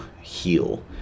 heal